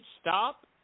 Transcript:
stop